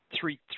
Three